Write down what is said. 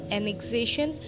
Annexation